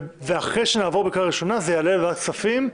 ואחרי שזה יעבור בקריאה ראשונה זה יעלה לוועדת הכספים,